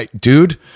Dude